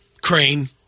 crane